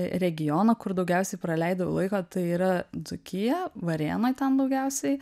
regioną kur daugiausiai praleidau laiko tai yra dzūkija varėna ten daugiausiai